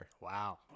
Wow